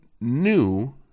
new